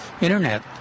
Internet